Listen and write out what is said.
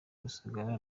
rusagara